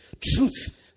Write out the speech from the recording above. Truth